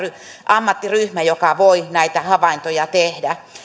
ammattiryhmä joka voi näitä havaintoja tehdä